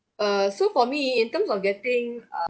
err so for me in terms of getting